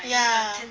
yeah